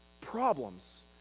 problems